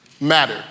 matter